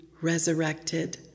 resurrected